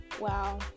wow